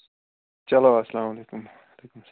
چلو اَسلام علیکُم